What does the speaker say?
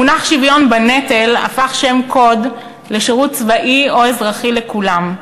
המונח "שוויון בנטל" הפך שם קוד לשירות צבאי או אזרחי לכולם.